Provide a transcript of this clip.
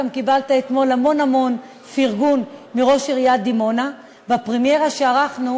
גם קיבלת אתמול המון המון פרגון מראש עיריית דימונה בפרמיירה שערכנו